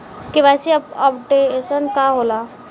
KYC updation का होला?